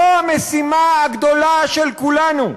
זו המשימה הגדולה של כולנו.